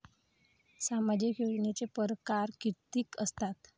सामाजिक योजनेचे परकार कितीक असतात?